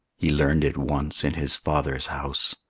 he learned it once in his father's house,